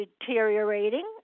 deteriorating